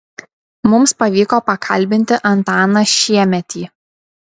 mums pavyko pakalbinti antaną šiemetį